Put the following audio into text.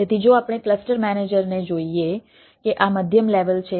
તેથી જો આપણે ક્લસ્ટર મેનેજરને જોઈએ કે આ મધ્યમ લેવલ છે